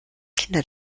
kinder